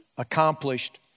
accomplished